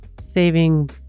saving